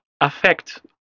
affect